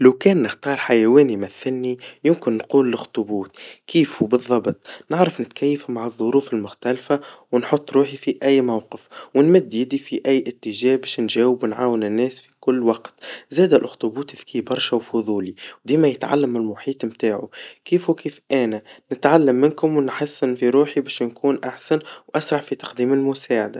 لو كان نختار حيوان يمثلني, يمكن نقول لاخطوبوت, كيفه بالظبط, نعرف نتكيف مع الظروف المختلفا, ونحط روحي في أي موقف, ونمد يدي في أي إتجاه, باش نجاوب ونعاون الناس في كل وقت, زادا الأخطبوت ذكي برشا وفضولي, دديما يتعمل من المحيط متعه, كيفه كيف أنا, نتعلم منكم ونحسن في روحي, باش نكون أحسن وأسرع في تقديم المسعدا.